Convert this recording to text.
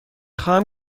خواهم